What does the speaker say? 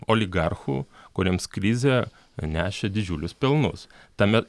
oligarchų kuriems krizė nešė didžiulius pelnus tame